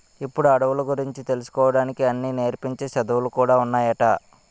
ఇప్పుడు అడవుల గురించి తెలుసుకోడానికి అన్నీ నేర్పించే చదువులు కూడా ఉన్నాయట